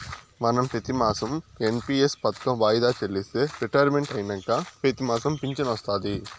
మనం పెతిమాసం ఎన్.పి.ఎస్ పదకం వాయిదా చెల్లిస్తే రిటైర్మెంట్ అయినంక పెతిమాసం ఫించనొస్తాది